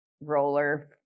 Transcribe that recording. roller